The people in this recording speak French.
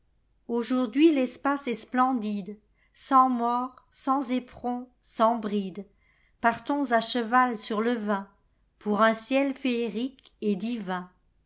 aujourd'hui l'espace est splendidelsans mors sans éperons sans bridopartons à cheval sur le vinpour un ciel féerique et divin